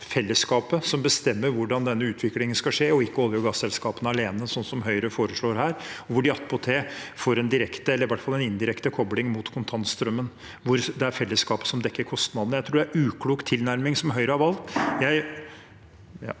fellesskapet som bestemmer hvordan denne utviklingen skal skje, og ikke olje- og gasselskapene alene, sånn som Høyre foreslår her, hvor de attpåtil får en direkte, eller i hvert fall en indirekte, kobling mot kontantstrømmen, hvor det er fellesskapet som dekker kostnadene. Jeg tror det er en uklok tilnærming som Høyre har valgt.